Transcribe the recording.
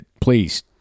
please